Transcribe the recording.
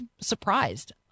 surprised